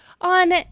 On